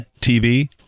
TV